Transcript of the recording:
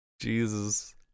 Jesus